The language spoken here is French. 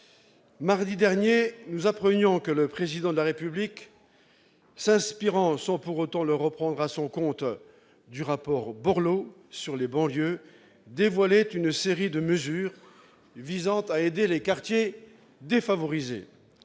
Mardi dernier, nous apprenions que le Président de la République, s'inspirant, sans pour autant le reprendre à son compte, du rapport Borloo sur les banlieues, dévoilait une série de mesures visant à aider les quartiers défavorisés.